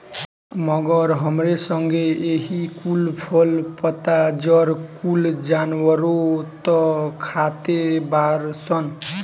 मगर हमरे संगे एही कुल फल, पत्ता, जड़ कुल जानवरनो त खाते बाड़ सन